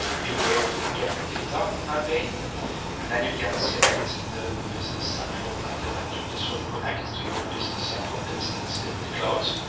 you go to the get data ah pane and then you can select the business central connector. this will connect to your business central instance in the clouds.